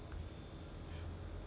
let me see